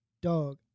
Dog